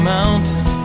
Mountain